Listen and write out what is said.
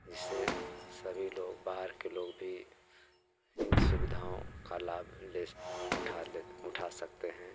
इससे सभी लोग बाहर के लोग भी इन सुविधाओं का लाभ ले उठा ले उठा सकते हैं